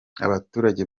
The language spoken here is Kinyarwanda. abaturage